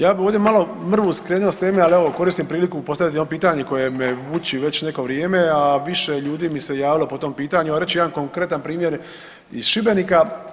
Ja bi ovdje malo, mrvu skrenuo s teme, ali evo koristim priliku postavit jedno pitanje koje me muči već neko vrijeme, a više ljudi mi se javilo po tom pitanju, a reći ću jedan konkretan primjer iz Šibenika.